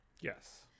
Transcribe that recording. yes